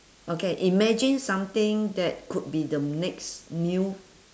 okay imagine something that could be the next new